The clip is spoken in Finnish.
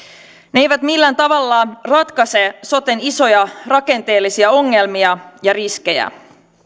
ne eivät millään tavalla ratkaise soten isoja rakenteellisia ongelmia ja riskejä